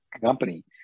Company